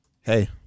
hey